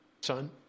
Son